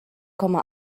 komma